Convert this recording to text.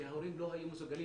כי ההורים לא היו מסוגלים,